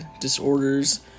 disorders